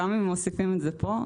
גם אם מוסיפים את זה פה,